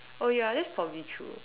oh ya that's probably true